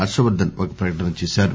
హర్షవర్దన్ ఒక ప్రకటన చేశారు